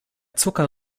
zucker